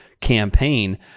campaign